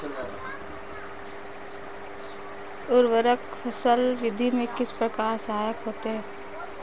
उर्वरक फसल वृद्धि में किस प्रकार सहायक होते हैं?